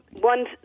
one